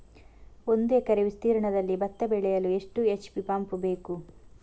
ಒಂದುಎಕರೆ ವಿಸ್ತೀರ್ಣದಲ್ಲಿ ಭತ್ತ ಬೆಳೆಯಲು ಎಷ್ಟು ಎಚ್.ಪಿ ಪಂಪ್ ಬೇಕು?